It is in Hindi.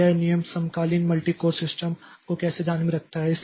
तो यह नियम समकालीन मल्टी कोर सिस्टम को कैसे ध्यान में रखता है